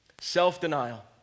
self-denial